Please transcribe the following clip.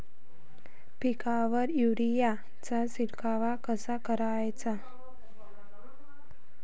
पिकावर युरीया चा शिडकाव कसा कराचा?